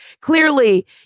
clearly